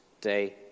day